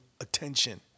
attention